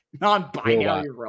Non-binary